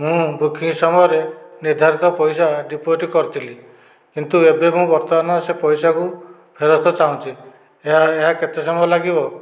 ମୁଁ ବୁକିଂ ସମୟରେ ନିର୍ଦ୍ଧାରିତ ପଇସା ଡିପୋଜିଟ କରିଥିଲି କିନ୍ତୁ ଏବେ ମୁଁ ବର୍ତ୍ତମାନ ସେ ପଇସାକୁ ଫେରସ୍ତ ଚାହୁଁଛି ଏହା ଏହା କେତେ ସମୟ ଲାଗିବ